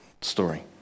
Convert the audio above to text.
story